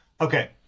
Okay